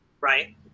Right